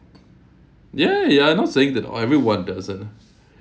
ya ya I'm not saying that oh everyone doesn't